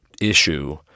issue